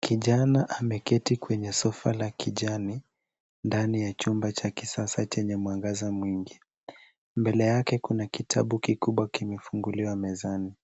Kijana ameketi kwenye sofa la kijani ndani ya chumba cha kisasa chenye mwangaza mwingi. Mbele yake kuna kitabu kikubwa kimefunguliwa mezani.